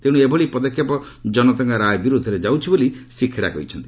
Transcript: ତେଣ୍ର ଏଭଳି ପଦକ୍ଷେପ ଜନତାଙ୍କ ରାୟ ବିରୋଧରେ ଯାଉଛି ବୋଲି ଶ୍ରୀ ଖେଡା କହିଛନ୍ତି